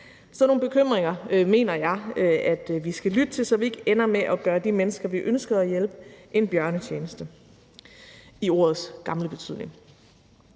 Sådan nogle bekymringer mener jeg at vi skal lytte til, så vi ikke ender med at gøre de mennesker, vi ønsker at hjælpe, en bjørnetjeneste – i ordets gamle betydning.